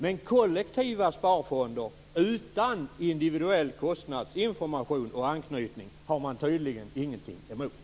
Men kollektiva sparfonder utan individuell kostnadsinformation och anknytning har man tydligen ingenting emot.